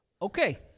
Okay